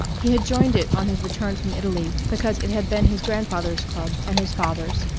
he had joined it on his return from italy because it had been his grandfather's club and his father's,